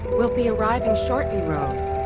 we'll be arriving shortly rose.